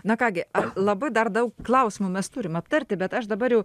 na ką gi ar labai dar daug klausimų mes turim aptarti bet aš dabar jau